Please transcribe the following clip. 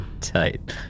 tight